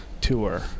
tour